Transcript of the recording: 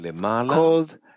called